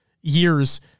years